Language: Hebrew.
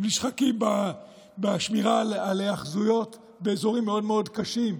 הם נשחקים בשמירה על היאחזויות באזורים מאוד מאוד קשים,